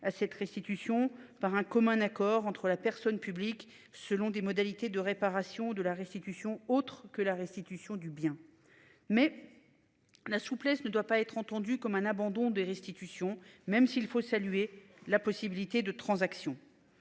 à cette restitution par un commun accord entre la personne publique selon des modalités de réparation de la restitution autre que la restitution du bien mais. La souplesse ne doit pas être entendu comme un abandon de restitution, même s'il faut saluer la possibilité de transactions.